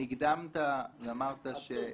הקדמת ואמרת,